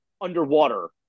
underwater